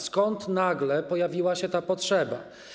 Skąd nagle pojawiła się ta potrzeba?